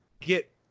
get